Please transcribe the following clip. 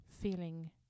feeling